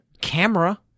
camera